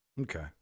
Okay